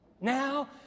Now